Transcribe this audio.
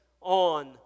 on